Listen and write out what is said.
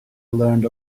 learned